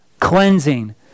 cleansing